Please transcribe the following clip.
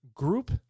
group